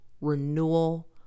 renewal